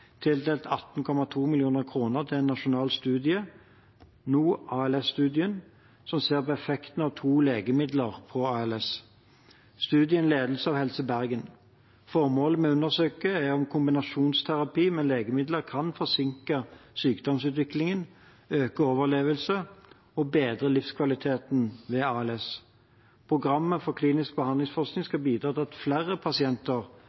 tildelt 18,2 mill. kr til en nasjonal studie, NO-ALS-studien, som ser på effekten av to legemidler på ALS. Studien ledes av Helse Bergen. Formålet er å undersøke om en kombinasjonsterapi med legemidlene kan forsinke sykdomsutviklingen, øke overlevelse og bedre livskvaliteten ved ALS. Programmet for klinisk behandlingsforskning skal bidra til at flere pasienter